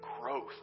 growth